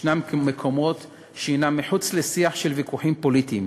יש מקומות שהם מחוץ לשיח של ויכוחים פוליטיים.